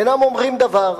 אינם אומרים דבר.